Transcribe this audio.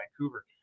Vancouver